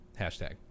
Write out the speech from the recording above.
Hashtag